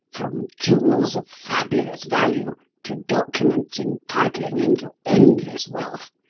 from jewels of fabulous value to documents entitling him to endless wealth,